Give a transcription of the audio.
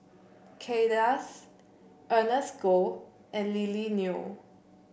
Kay Das Ernest Goh and Lily Neo